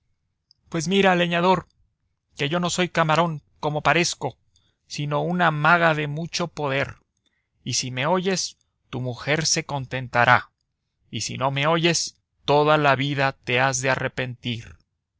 pues mira leñador que yo no soy camarón como parezco sino una maga de mucho poder y si me oyes tu mujer se contentará y si no me oyes toda la vida te has de arrepentir